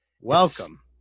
welcome